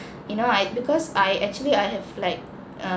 you know I because I actually I have like err